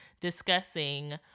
discussing